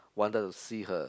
wanted to see her